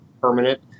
permanent